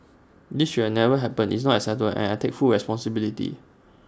this should never happened is not acceptable and I take full responsibility